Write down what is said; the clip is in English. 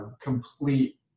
complete